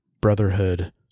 brotherhood